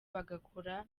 bagakora